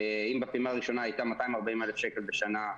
אם בפעימה הראשונה הייתה 240 אלף שקל בשנה,